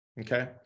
okay